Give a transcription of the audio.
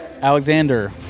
Alexander